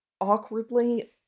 awkwardly